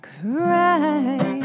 cry